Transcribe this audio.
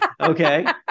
Okay